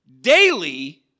Daily